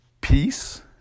peace